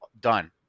done